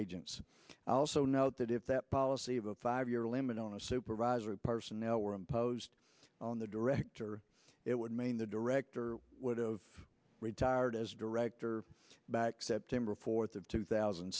agents also note that if that policy of a five year limit on a supervisory personnel were imposed on the director it would mean the director would of retired as director back september fourth of two thousand